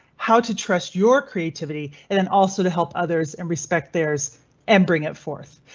how to trust your creativity and and also to help others and respect theirs and bring it forth.